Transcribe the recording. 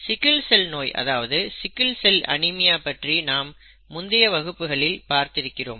இதில் sickle cell நோய் அதாவது சிக்கில் செல் அனிமியா பற்றி நாம் முந்தைய வகுப்புகளில் பார்த்திருக்கிறோம்